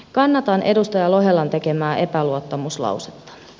kannatan edustaja lohelan tekemää epäluottamuslausetta